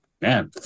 Man